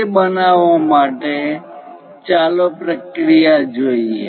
તે બનાવવા માટે ચાલો પ્રક્રિયા જોઈએ